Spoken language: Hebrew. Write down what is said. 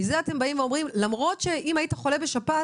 מזה אתם באים ואומרים: למרות שאם היית חולה בשפעת,